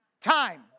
time